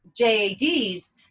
JADs